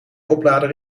oplader